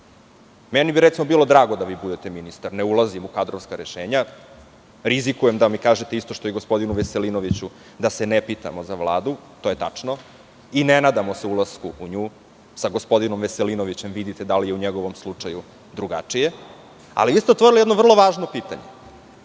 Meni bi bilo drago da vi budete ministar, da ne ulazim u kadrovska rešenja. Rizikujem da mi kažete isto i što gospodinu Veselinoviću, da se ne pitamo za Vladu. To je tačno. Ne nadamo se ulasku u nju. Sa gospodinom Veselinovićem vidite da li je u njegovom slučaju drugačije. Otvorili ste jedno vrlo važno pitanje.